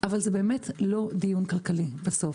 אבל זה באמת לא דיון כלכלי בסוף,